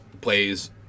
plays